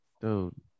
dude